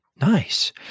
Nice